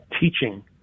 teaching